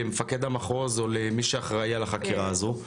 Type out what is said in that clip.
למפקד המחוז או למי שאחראי על החקירה הזו.